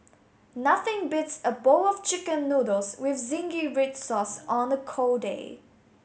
nothing beats a bowl of chicken noodles with zingy red sauce on a cold day